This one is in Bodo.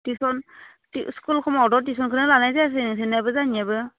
टिउसन स्कुल खमावथ' टिउसनखौनो लानाय जायासै नोंसोरनियाबो जोंनियाबो